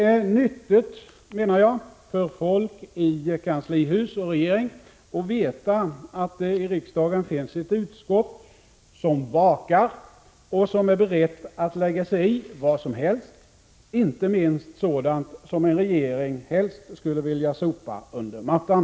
Jag menar att det är nyttigt för folk i kanslihus och regering att veta att det i riksdagen finns ett utskott som vakar och är berett att lägga sig i vad som helst — inte minst sådant som en regering helst skulle vilja sopa under mattan.